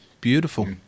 Beautiful